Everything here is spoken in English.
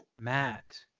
Matt